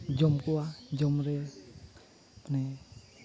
ᱡᱚᱢ ᱠᱚᱣᱟ ᱡᱚᱢ ᱨᱮ ᱢᱟᱱᱮ